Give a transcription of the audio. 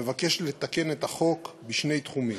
מבקש לתקן את החוק בשני תחומים.